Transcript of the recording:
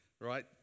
right